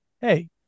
Hey